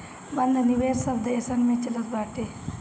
बंध निवेश सब देसन में चलत बाटे